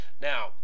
now